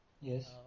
Yes